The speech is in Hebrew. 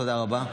תודה רבה.